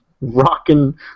rocking